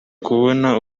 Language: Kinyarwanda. kubona